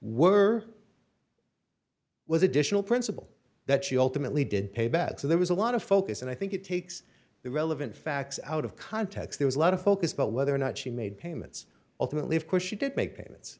were was additional principal that she ultimately did pay bad so there was a lot of focus and i think it takes the relevant facts out of context there was a lot of focus but whether or not she made payments ultimately of course she did make payments